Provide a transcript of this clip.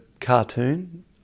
cartoon